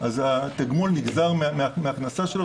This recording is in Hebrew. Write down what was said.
התגמול נגזר מההכנסה שלו.